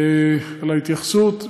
על ההתייחסות.